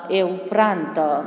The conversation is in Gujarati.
એ ઉપરાંત